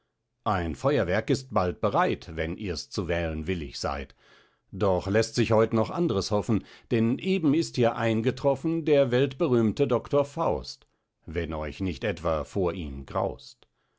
ein feuerwerk ist bald bereit wenn ihrs zu wählen willig seid doch läßt sich heut noch andres hoffen denn eben ist hier eingetroffen der weltberühmte doctor faust wenn euch nicht etwa vor ihm graust